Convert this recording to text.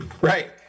Right